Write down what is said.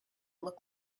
looked